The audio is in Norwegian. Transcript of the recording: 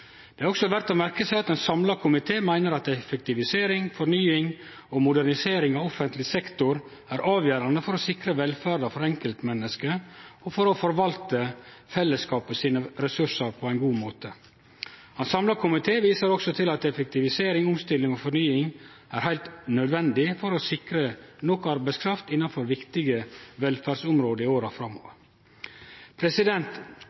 Det er også verdt å merke seg at ein samla komité meiner at effektivisering, fornying og modernisering av offentleg sektor er avgjerande for å sikre velferda for enkeltmenneske og for å forvalte fellesskapet sine ressursar på ein god måte. Ein samla komité viser også til at effektivisering, omstilling og fornying er heilt nødvendig for å sikre nok arbeidskraft innanfor viktige velferdsområde i åra framover.